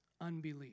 unbelief